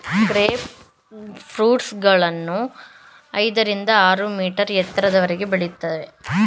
grape fruits ಗಿಡಗಳು ಐದರಿಂದ ಆರು ಮೀಟರ್ ಎತ್ತರದವರೆಗೆ ಬೆಳೆಯುತ್ತವೆ